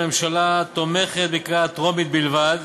הממשלה תומכת בקריאה טרומית בלבד,